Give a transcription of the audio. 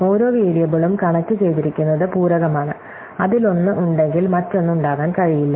ഓരോ വേരിയബിളും കണക്റ്റുചെയ്തിരിക്കുന്നത് പൂരകമാണ് അതിലൊന്ന് ഉണ്ടെങ്കിൽ മറ്റൊന്ന് ഉണ്ടാകാൻ കഴിയില്ല